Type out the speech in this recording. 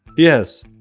yes,